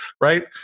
Right